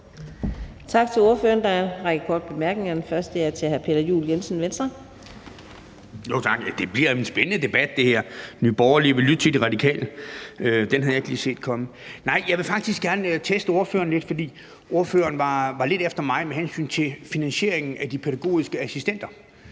er det hr. Peter Juel-Jensen, Venstre. Kl. 11:12 Peter Juel-Jensen (V): Tak. Det her bliver jo en spændende debat. Nye Borgerlige vil lytte til De Radikale. Den havde jeg ikke lige set komme. Men jeg vil faktisk gerne teste ordføreren lidt. For ordføreren var lidt efter mig med hensyn til finansieringen af de pædagogiske assistenter,